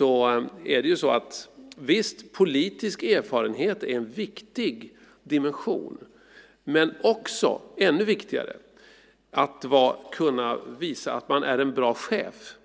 Och visst är politisk erfarenhet en viktig dimension då. Men ännu viktigare är det att man kan visa att man är en bra chef,